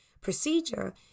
procedure